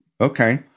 Okay